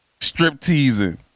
strip-teasing